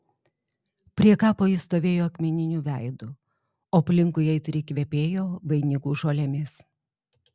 prie kapo jis stovėjo akmeniniu veidu o aplinkui aitriai kvepėjo vainikų žolėmis